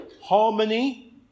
harmony